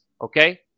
okay